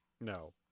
No